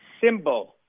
symbol